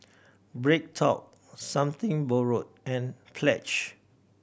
BreadTalk Something Borrowed and Pledge